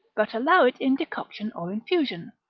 but allow it in decoction or infusion,